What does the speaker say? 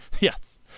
Yes